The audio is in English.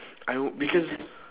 I would because